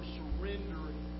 surrendering